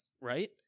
Right